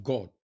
God